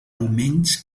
almenys